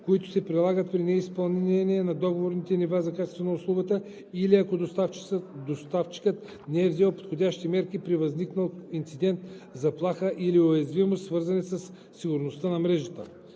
които се прилагат при неизпълнение на договорени нива за качество на услугата, или ако доставчикът не е взел подходящи мерки при възникнал инцидент, заплаха или уязвимост, свързани със сигурността на мрежата;